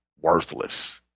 worthless